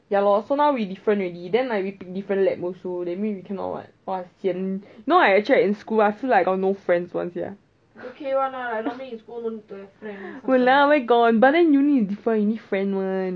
ya lor so now we different already then we like pick different lab also that means we cannot [what] I sian now like I in school I feel like I got no friends [one] sia !walao! where got but then uni is different you need friend [one]